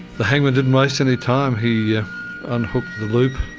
the hangman didn't waste any time, he unhooked the loop,